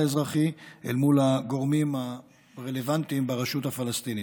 האזרחי אל מול הגורמים הרלוונטיים ברשות הפלסטינית.